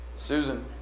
Susan